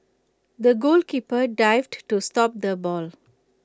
the goalkeeper dived to stop the ball